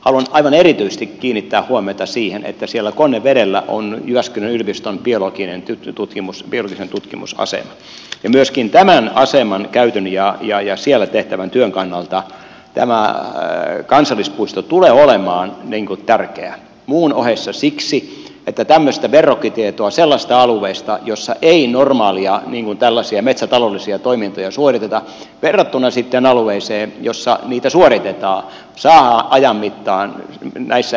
haluan aivan erityisesti kiinnittää huomiota siihen että siellä konnevedellä on jyväskylän yliopiston biologinen tutkimusasema ja myöskin tämän aseman käytön ja siellä tehtävän työn kannalta tämä kansallispuisto tulee olemaan tärkeä muun ohessa siksi että tämmöistä verrokkitietoa sellaisesta alueesta jossa ei normaaleja metsätaloudellisia toimintoja suoriteta verrattuna alueeseen jossa niitä suoritetaan saadaan ajan mittaan näissä erilaisissa tutkimushankkeissa